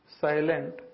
silent